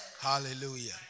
Hallelujah